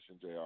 JR